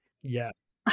yes